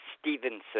Stevenson